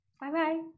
Bye-bye